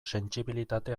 sentsibilitate